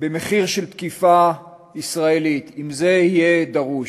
במחיר של תקיפה ישראלית, אם זה יהיה דרוש,